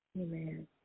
Amen